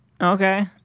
Okay